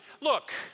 look